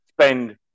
spend